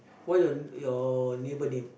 what your your neighbour name